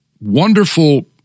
wonderful